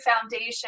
foundation